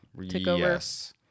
Yes